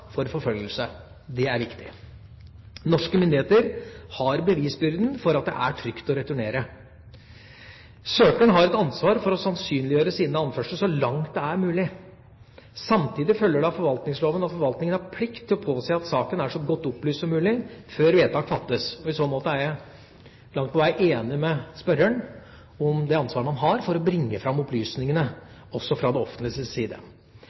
for forfølgelse. Det er viktig. Norske myndigheter har bevisbyrden for at det er trygt å returnere. Søkeren har et ansvar for å sannsynliggjøre sine anførsler så langt det er mulig. Samtidig følger det av forvaltningsloven at forvaltningen har plikt til å påse at saken er så godt opplyst som mulig før vedtak fattes. I så måte er jeg langt på vei enig med spørreren i det ansvaret man har for å bringe fram opplysningene også fra det offentliges side.